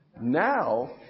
Now